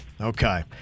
okay